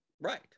Right